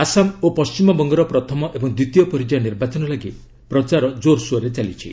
ଆସାମ ଓ ପଶ୍ଚିମବଙ୍ଗର ପ୍ରଥମ ଏବଂ ଦ୍ୱିତୀୟ ପର୍ଯ୍ୟାୟ ନିର୍ବାଚନ ଲାଗି ପ୍ରଚାର ଜୋରସୋରରେ ଚାଲିଛି